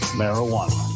marijuana